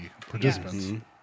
participants